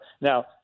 Now